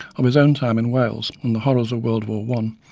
of his own time in wales and the horrors of world war one.